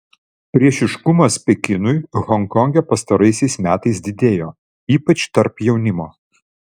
priešiškumas pekinui honkonge pastaraisiais metais didėjo ypač tarp jaunimo